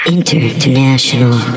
International